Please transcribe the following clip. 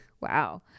wow